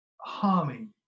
harming